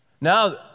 Now